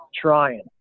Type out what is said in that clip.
trying